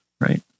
right